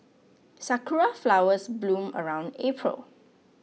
sakura flowers bloom around April